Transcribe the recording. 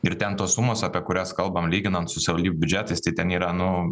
ir ten tos sumos apie kurias kalbam lyginant su savivaldybių biudžetais tai ten yra nu